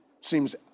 seems